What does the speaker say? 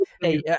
Hey